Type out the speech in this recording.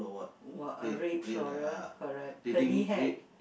wha~ uh red floral correct curly hair